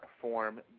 form